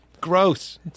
Gross